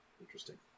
Interesting